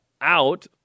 out